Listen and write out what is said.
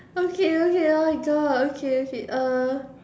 okay okay oh my god okay okay uh